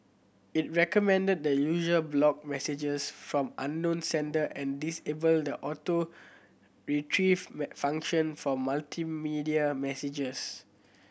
it recommended that user block messages from unknown sender and disable the Auto Retrieve function for multimedia messages